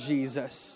Jesus